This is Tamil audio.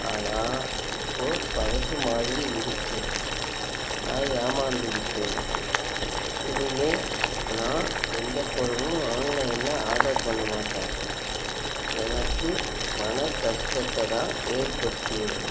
ஆனால் இப்போது பழசு மாதிரி இருக்குது நான் ஏமாந்துவிட்டேன் இனிமேல் நான் எந்த பொருளும் ஆன்லைனில் ஆடர் பண்ணமாட்டேன் எனக்கு மனக்கஷ்டத்தை தான் ஏற்படுத்தியது